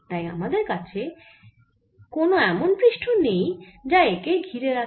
তাই আমাদের কাছে কোন এমন পৃষ্ঠ নেই যা একে ঘিরে রাখে